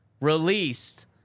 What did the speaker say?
released